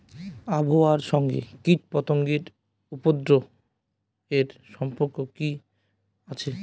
আবহাওয়ার সঙ্গে কীটপতঙ্গের উপদ্রব এর সম্পর্ক কি আছে?